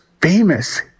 famous